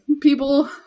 people